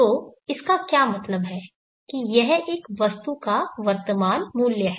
तो इसका क्या मतलब है कि यह एक वस्तु का वर्तमान मूल्य है